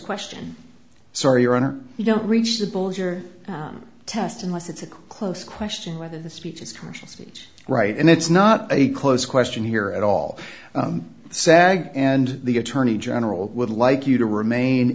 question sorry your honor you don't reach the bolger test unless it's a close question whether the speech is commercial speech right and it's not a close question here at all sag and the attorney general would like you to remain